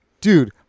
Dude